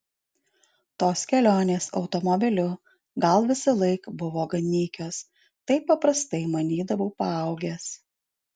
tos kelionės automobiliu gal visąlaik buvo gan nykios taip paprastai manydavau paaugęs